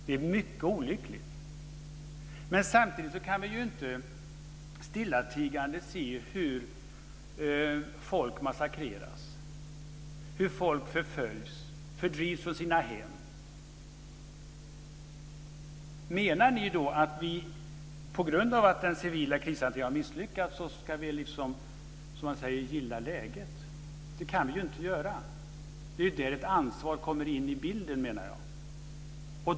Det är mycket olyckligt. Samtidigt kan vi inte stillatigande se hur folk massakreras, hur folk förföljs och fördrivs från sina hem. Menar ni då att vi på grund av att den civila krishanteringen har misslyckats ska "gilla" läget? Det kan vi inte göra. Det är där ett ansvar kommer in i bilden.